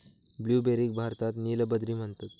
ब्लूबेरीक भारतात नील बद्री म्हणतत